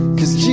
cause